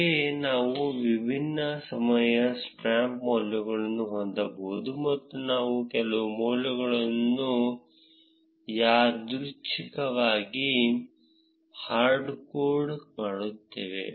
ಹಾಗೆಯೇ ನಾವು ವಿಭಿನ್ನ ಸಮಯ ಸ್ಟ್ಯಾಂಪ್ ಮೌಲ್ಯಗಳನ್ನು ಹೊಂದಬಹುದು ಮತ್ತು ನಾವು ಕೆಲವು ಮೌಲ್ಯಗಳನ್ನು ಯಾದೃಚ್ಛಿಕವಾಗಿ ಹಾರ್ಡ್ ಕೋಡ್ ಮಾಡುತ್ತೇವೆ